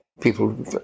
people